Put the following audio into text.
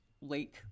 lake